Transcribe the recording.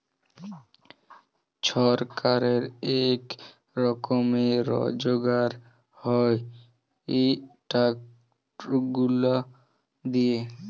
ছরকারের ইক রকমের রজগার হ্যয় ই ট্যাক্স গুলা দিঁয়ে